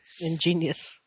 Ingenious